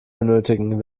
benötigen